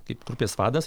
kaip grupės vadas